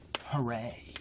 Hooray